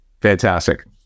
Fantastic